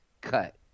cut